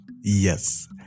Yes